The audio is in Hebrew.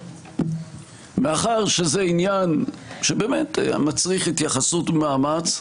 מאחר שזה עניין שמצריך התייחסות ומאמץ,